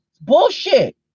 Bullshit